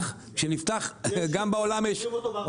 יש ייבוא, מוכרים אותו ב-40% יותר.